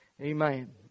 Amen